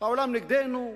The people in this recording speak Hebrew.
העולם נגדנו.